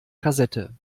kassette